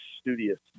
studious